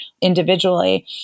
individually